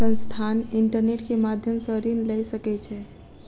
संस्थान, इंटरनेट के माध्यम सॅ ऋण लय सकै छै